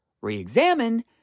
re-examine